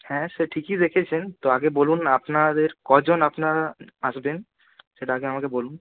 হ্যাঁ সে ঠিকই দেখেছেন তো আগে বলুন আপনাদের কজন আপনারা আসবেন সেটা আগে আমাকে বলুন